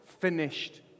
finished